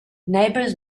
neighbors